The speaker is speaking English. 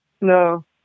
No